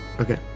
Okay